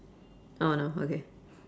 oh no okay